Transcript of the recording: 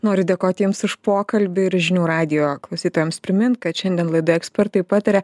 noriu dėkoti jums už pokalbį ir žinių radijo klausytojams primint kad šiandien laidoje ekspertai pataria